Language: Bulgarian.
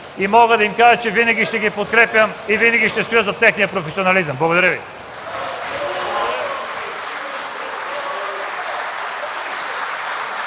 и мога да им кажа, че винаги ще ги подкрепям и винаги ще стоя зад техния професионализъм. Благодаря Ви.